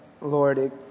Lord